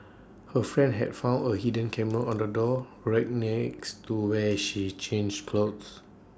her friend had found A hidden camera on the door rack next to where she changed clothes